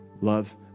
love